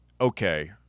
okay